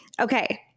Okay